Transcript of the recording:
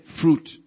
fruit